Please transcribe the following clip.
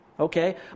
Okay